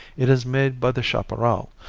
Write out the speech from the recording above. it is made by the chaparral,